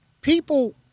people